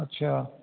ਅੱਛਾ